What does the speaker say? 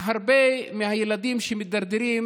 הרבה מהילדים שמידרדרים